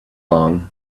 long